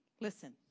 Listen